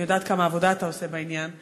אני יודעת כמה עבודה אתה עושה בעניין.